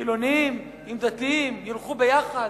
חילונים עם דתיים ילכו ביחד.